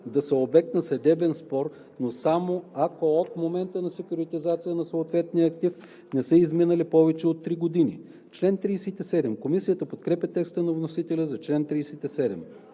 да са обект на съдебен спор, но само ако от момента на секюритизация на съответния актив не са изминали повече от три години.“ Комисията подкрепя текста на вносителя за чл. 37.